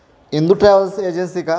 Indu travels agency का